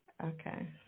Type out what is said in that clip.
Okay